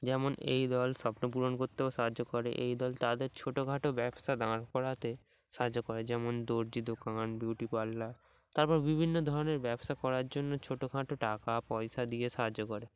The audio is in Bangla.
যেমন এই দল স্বপ্ন পূরণ করতেও সাহায্য করে এই দল তাদের ছোটখাটো ব্যবসা দাঁড় করাতে সাহায্য করে যেমন দর্জি দোকান বিউটি পার্লার তারপর বিভিন্ন ধরনের ব্যবসা করার জন্য ছোটখাটো টাকা পয়সা দিয়ে সাহায্য করে